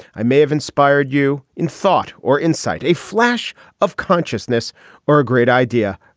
i may have inspired you in thought or incite a flash of consciousness or a great idea.